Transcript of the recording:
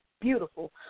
beautiful